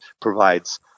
provides